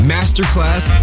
Masterclass